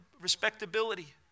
respectability